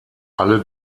alle